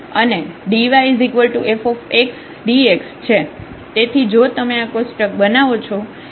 તેથી જો તમે આ કોષ્ટક બનાવો છો